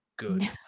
good